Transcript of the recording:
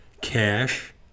cash